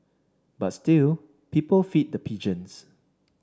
but still people feed the pigeons